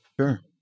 Sure